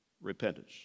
repentance